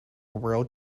world